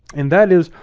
and that is,